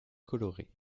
colorée